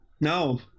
No